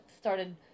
started